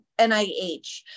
NIH